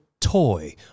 toy